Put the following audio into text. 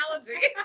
analogy